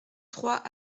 trois